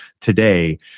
today